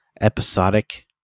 episodic